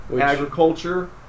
Agriculture